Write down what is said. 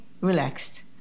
relaxed